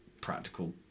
practical